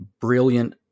brilliant